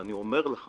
אני אומר לך